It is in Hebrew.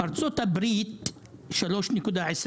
ארה"ב 3.20,